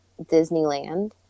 Disneyland